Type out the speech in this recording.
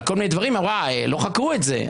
כל מיני דברים היא אמרה: לא חקרו את זה.